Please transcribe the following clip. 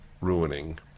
ruining